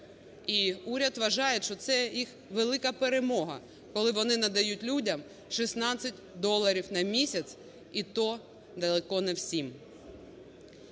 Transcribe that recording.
І, уряд вважає, що це їх велика перемога, коли вони надають людям 16 доларів на місяць і то далеко не всім.